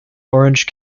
orange